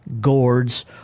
gourds